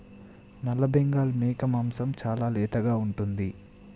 నల్లబెంగాల్ మేక మాంసం చాలా లేతగా ఉంటుంది